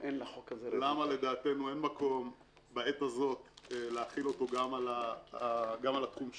למה לדעתנו אין מקום בעת הזאת להחיל אותו גם על התחום שלנו.